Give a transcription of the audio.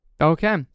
Okay